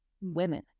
women